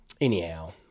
Anyhow